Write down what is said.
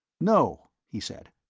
no, he said,